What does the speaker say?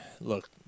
Look